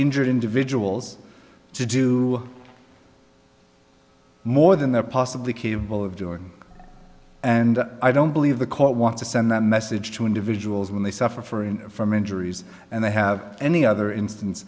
injured individuals to do more than they're possibly capable of doing and i don't believe the court wants to send that message to individuals when they suffer for him from injuries and they have any other instance